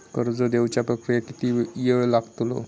कर्ज देवच्या प्रक्रियेत किती येळ लागतलो?